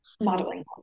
modeling